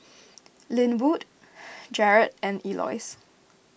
Linwood Jarad and Elois